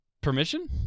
permission